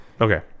Okay